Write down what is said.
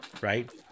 right